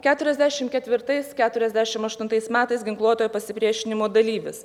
keturiasdešim ketvirtais keturiasdešim aštuntais metais ginkluotojo pasipriešinimo dalyvis